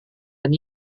dan